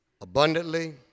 abundantly